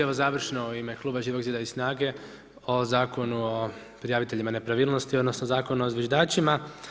Evo završno u ime kluba Živog zida i SNAGA-e o zakonu o prijaviteljima nepravilnosti odnosno o zakonu o zviždačima.